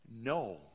No